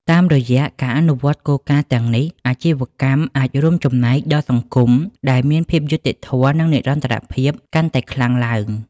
តាមរយៈការអនុវត្តគោលការណ៍ទាំងនេះ អាជីវកម្មអាចរួមចំណែកដល់សង្គមដែលមានភាពយុត្តិធម៌ និងនិរន្តរភាពកាន់តែខ្លាំងឡើង។